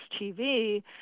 TV